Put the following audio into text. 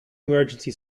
emergency